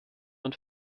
und